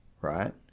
right